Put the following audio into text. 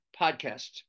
podcast